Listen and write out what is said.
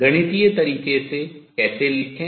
गणितीय तरीके से कैसे लिखें